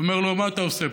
אומר לו: מה אתה עושה פה?